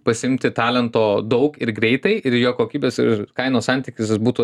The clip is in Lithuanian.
pasiimti talento daug ir greitai ir jo kokybės ir kainos santykis jis būtų